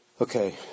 Okay